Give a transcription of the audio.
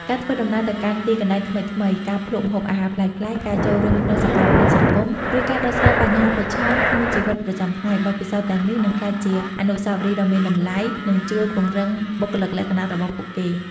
ការធ្វើដំណើរទៅកាន់ទីកន្លែងថ្មីៗ ការភ្លក់ម្ហូបអាហារប្លែកៗ ការចូលរួមក្នុងសកម្មភាពសង្គម ឬការដោះស្រាយបញ្ហាប្រឈមក្នុងជីវិតប្រចាំថ្ងៃ បទពិសោធន៍ទាំងនេះនឹងក្លាយជាអនុស្សាវរីយ៍ដ៏មានតម្លៃ និងជួយពង្រឹងបុគ្គលិកលក្ខណៈរបស់ពួកគេ។